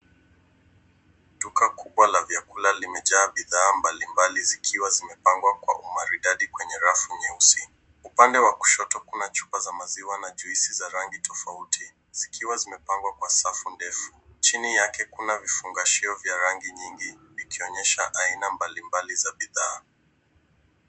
Duka kubwa la vyakula limejaa bidhaa mbalimbali zikiwa zimepangwa kwa umaridadi kwenye rafu nyeusi. Upande wa kushoto, kuna chupa za maziwa na juisi za rangi tofauti, zikiwa zimepangwa kwa safu ndefu. Chini yake, kuna vifungashio vya rangi nyingi vikionyesha aina mbalimbali za bidhaa.